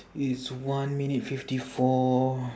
it's one minute fifty four